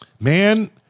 man